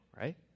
right